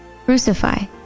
Crucify